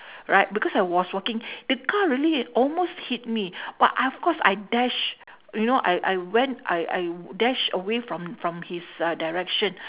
right because I was walking the car really almost hit me but of course I dash you know I I went I I dash away from from his uh direction